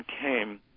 came